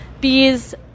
bees